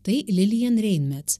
tai lilijan reinmets